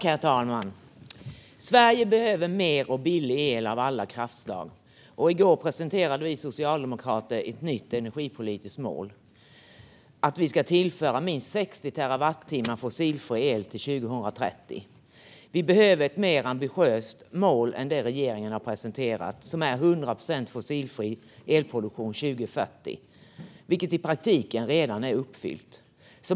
Herr talman! Sverige behöver mer och billig el av alla kraftslag. I går presenterade vi socialdemokrater ett nytt energipolitiskt mål - att vi ska tillföra minst 60 terawattimmar fossilfri el till 2030. Vi behöver ett mer ambitiöst mål än det regeringen har presenterat, som är 100 procent fossilfri elproduktion 2040, vilket i praktiken redan är uppfyllt.